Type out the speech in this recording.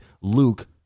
Luke